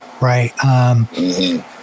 right